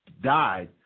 died